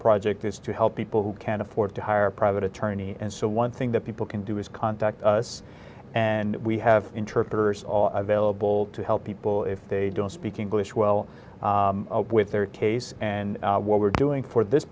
project is to help people who can't afford to hire a private attorney and so one thing that people can do is contact us and we have interpreters all available to help people if they don't speak english well with their case and what we're doing for this